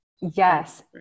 Yes